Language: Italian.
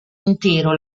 intero